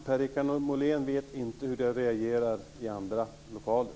Fru talman! Per-Richard Molén vet inte hur jag reagerar i andra lokaler.